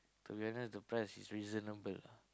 to be honest the price is reasonable ah